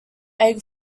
egg